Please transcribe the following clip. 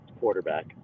quarterback